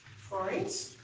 fluorines.